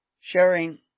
sharing